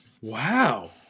Wow